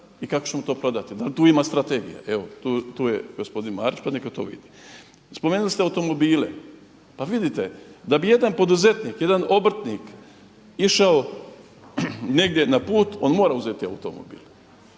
i kako ćemo to prodati? Da li tu ima strategije? Evo tu je gospodin Marić pa neka to vidi. Spomenuli ste automobile, pa vidite da bi jedan poduzetnik, jedan obrtnik išao negdje na put on mora uzeti automobil.